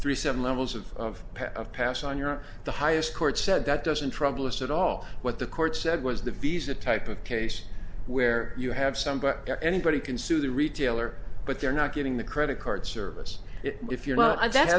three seven levels of of of pass on your the highest court said that doesn't trouble us at all what the court said was the visa type of case where you have some but there anybody can sue the retailer but they're not getting the credit card service if you're